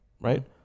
right